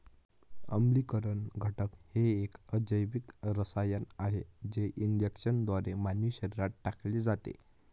आम्लीकरण घटक हे एक अजैविक रसायन आहे जे इंजेक्शनद्वारे मानवी शरीरात टाकले जाते